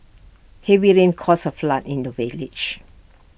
heavy rains caused A flood in the village